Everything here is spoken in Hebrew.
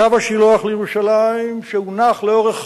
קו השילוח לירושלים, שהונח לאורך